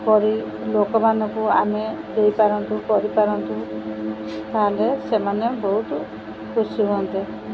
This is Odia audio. କରି ଲୋକମାନଙ୍କୁ ଆମେ ଦେଇପାରନ୍ତୁ କରିପାରନ୍ତୁ ତାହେଲେ ସେମାନେ ବହୁତ ଖୁସି ହୁଅନ୍ତେ